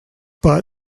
but